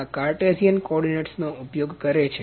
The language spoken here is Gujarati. આ કાર્ટેઝિયન કોઓર્ડિનેટ્સ નો ઉપયોગ કરે છે